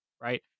right